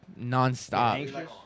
nonstop